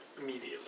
immediately